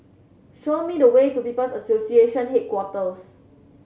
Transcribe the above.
show me the way to People's Association Headquarters